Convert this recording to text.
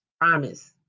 promise